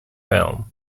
film